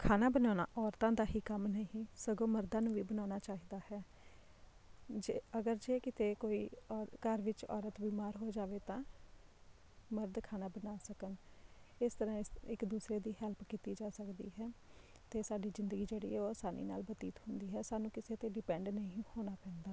ਖਾਣਾ ਬਣਾਉਣਾ ਔਰਤਾਂ ਦਾ ਹੀ ਕੰਮ ਨਹੀਂ ਸਗੋਂ ਮਰਦਾਂ ਨੂੰ ਵੀ ਬਣਾਉਣਾ ਚਾਹੀਦਾ ਹੈ ਜੇ ਅਗਰ ਜੇ ਕਿਤੇ ਕੋਈ ਔਰ ਘਰ ਵਿੱਚ ਔਰਤ ਬਿਮਾਰ ਹੋ ਜਾਵੇ ਤਾਂ ਮਰਦ ਖਾਣਾ ਬਣਾ ਸਕਣ ਇਸ ਤਰ੍ਹਾਂ ਇਸ ਇੱਕ ਦੂਸਰੇ ਦੀ ਹੈਲਪ ਕੀਤੀ ਜਾ ਸਕਦੀ ਹੈ ਅਤੇ ਸਾਡੀ ਜ਼ਿੰਦਗੀ ਜਿਹੜੀ ਆ ਉਹ ਅਸਾਨੀ ਨਾਲ ਬਤੀਤ ਹੁੰਦੀ ਹੈ ਸਾਨੂੰ ਕਿਸੇ 'ਤੇ ਡਿਪੈਂਡ ਨਹੀਂ ਹੋਣਾ ਪੈਂਦਾ